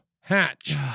Hatch